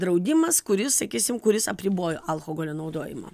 draudimas kuris sakysim kuris apribojo alkoholio naudojimą